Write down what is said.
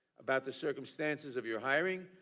about the circumstances of your hiring,